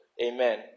Amen